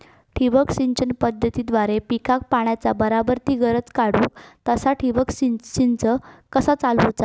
ठिबक सिंचन पद्धतीद्वारे पिकाक पाण्याचा बराबर ती गरज काडूक तसा ठिबक संच कसा चालवुचा?